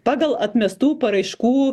pagal atmestų paraiškų